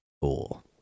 Cool